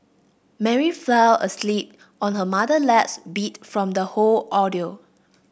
Mary fell asleep on her mother beat from the whole ordeal